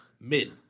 mid